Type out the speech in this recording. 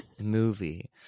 Movie